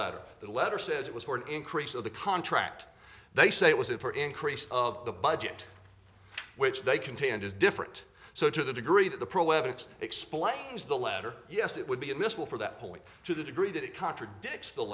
letter the letter says it was for an increase of the contract they say was it for increase of the budget which they contained is different so to the degree that the pro at it explains the latter yes it would be admissible for that point to the degree that it contradicts the